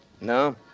No